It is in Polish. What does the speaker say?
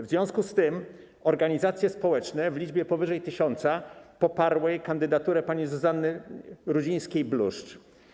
W związku z tym organizacje społeczne w liczbie powyżej 1000 poparły kandydaturę pani Zuzanny Rudzińskiej-Bluszcz.